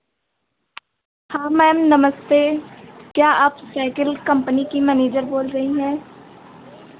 हाँ मैम नमस्ते क्या आप साइकिल कम्पनी की मनेजर बोल रही हैं